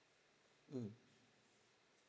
mm